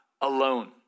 alone